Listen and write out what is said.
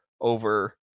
over